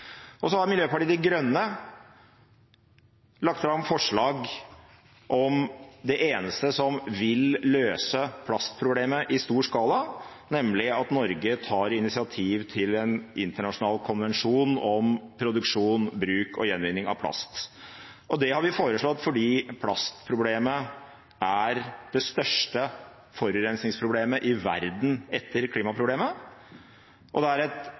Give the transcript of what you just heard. Miljøpartiet De Grønne har lagt fram forslag om det eneste som vil løse plastproblemet i stor skala, nemlig at Norge tar initiativ til en internasjonal konvensjon om produksjon, bruk og gjenvinning av plast. Det har vi foreslått fordi plastproblemet er det største forurensningsproblemet i verden etter klimaproblemet, og det er et